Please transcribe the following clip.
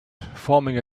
forming